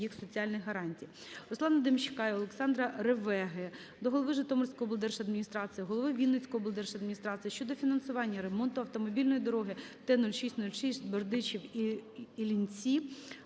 Руслана Демчака і Олександра Ревеги до голови Житомирської облдержадміністрації, голови Вінницької облдержадміністрації щодо фінансування ремонту автомобільної дороги Т-06-06 "Бердичів - Іллінці"